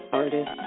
artist